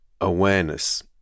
awareness